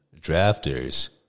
drafters